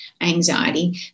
anxiety